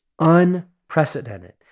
unprecedented